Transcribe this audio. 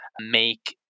make